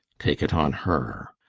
take it on her.